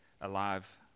Alive